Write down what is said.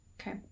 Okay